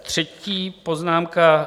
Třetí poznámka.